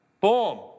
boom